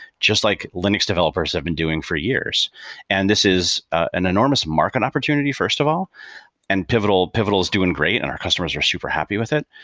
just like linux developers have been doing for years and this is an enormous mark an opportunity first of all and pivotal pivotal is doing great and our customers are super happy with it.